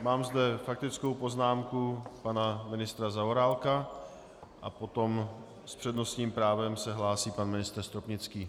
Mám zde faktickou poznámku pana ministra Zaorálka a potom s přednostním právem se hlásí pan ministr Stropnický.